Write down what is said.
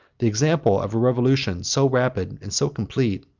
the example of a revolution, so rapid and so complete,